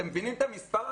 אתם מבינים את המספר הזה?